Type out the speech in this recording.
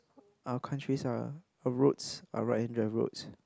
our countries are our roads are roads